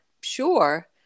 sure